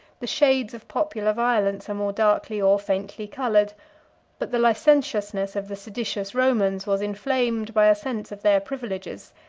the shades of popular violence are more darkly or faintly colored but the licentiousness of the seditious romans was inflamed by a sense of their privileges,